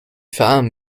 farm